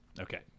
Okay